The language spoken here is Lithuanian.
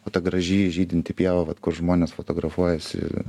o ta graži žydinti pieva vat kur žmonės fotografuojasi